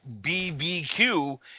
bbq